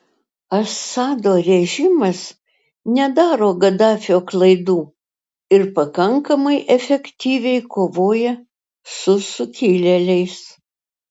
assado režimas nedaro gaddafio klaidų ir pakankamai efektyviai kovoja su sukilėliais